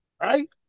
right